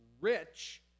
rich